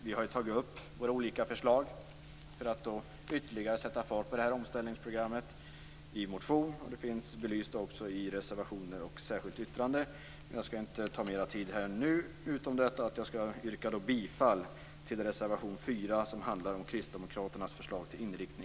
Vi har ju tagit upp våra olika förslag för att ytterligare sätta fart på det här omställningsprogrammet i en motion. De finns också belysta i reservationer och i ett särskilt yttrande. Jag skall inte ta upp mer tid här, förutom att jag skall yrka bifall till reservation